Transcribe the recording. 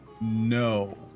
No